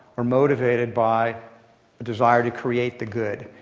are motivated by a desire to create the good.